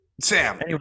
Sam